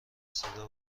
صدا